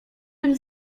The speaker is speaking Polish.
tym